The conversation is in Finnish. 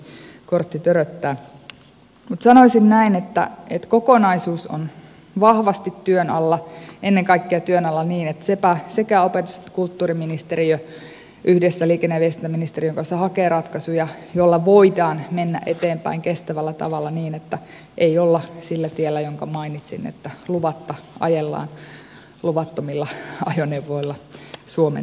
mutta sanoisin näin että kokonaisuus on vahvasti työn alla ennen kaikkea työn alla niin että opetus ja kulttuuriministeriö yhdessä liikenne ja viestintäministeriön kanssa hakee ratkaisuja joilla voidaan mennä eteenpäin kestävällä tavalla niin että ei olla sillä tiellä jonka mainitsin että luvatta ajellaan luvattomilla ajoneuvoilla suomen teillä